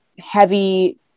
heavy